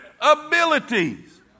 abilities